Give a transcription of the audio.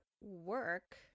work